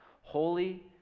holy